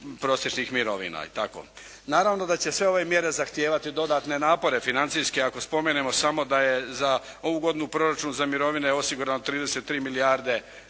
prosječnih mirovina i tako. Naravno da će sve ove mjere zahtijevati dodatne napore financijske. Ako spomenemo samo da je za ovu godinu proračun za mirovine osigurano 33 milijarde